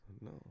No